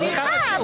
סליחה,